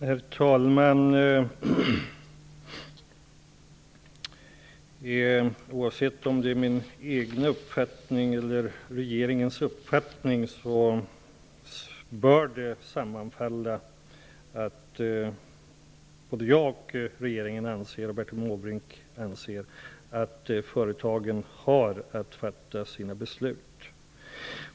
Herr talman! Oavsett vad jag eller regeringen tycker bör jag, regeringen och Bertil Måbrink vara på det klara med att företagen har att själva fatta sina beslut.